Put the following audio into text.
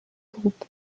groupe